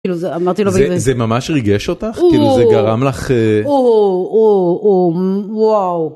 כאילו, אמרתי לו.. זה ממש ריגש אותך? זה גרם לך? אוו, וואו